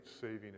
saving